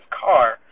car